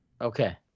Okay